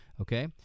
okay